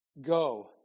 Go